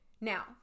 Now